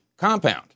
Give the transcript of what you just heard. compound